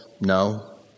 no